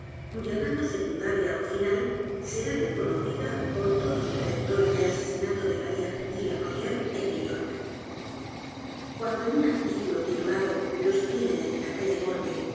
cuya rama secundaria ó final será reconocida por todos los lectores del asesinato de maría cecilia rogers en new york guando en un artículo titulado los crímenes de la calle